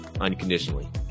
unconditionally